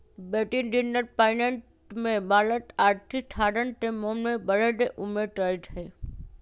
बेशी दिनगत फाइनेंस मे भारत आर्थिक साधन के मोल में बढ़े के उम्मेद करइ छइ